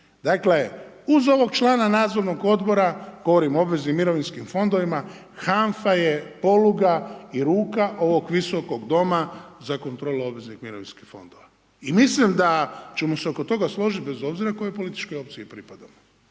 Dakle, uz ovog člana nadzornog odbora, govorim o obveznim mirovinskim fondovima, HANFA je poluga i ruka ovog visokog doma za kontrolu obveznih mirovinskih fondova. I mislim da ćemo se oko toga složit, bez obzira kojoj političkoj opciji pripadamo